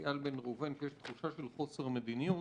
איל בן ראובן שיש תחושה של חוסר מדיניות